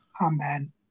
amen